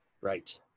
Right